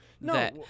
No